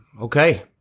Okay